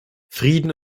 frieden